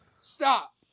stop